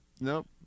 nope